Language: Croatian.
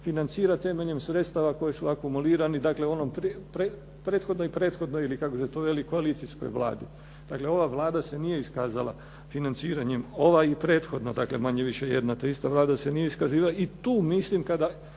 financira temeljem sredstava koji su akumulirani, dakle onoj prethodnoj i prethodnoj ili kako se to veli koalicijskoj Vladi. Dakle ova Vlada se nije iskazala financiranjem. Ova i prethodna, dakle manje-više jedna te ista Vlada se nije iskazivala i tu mislim, kada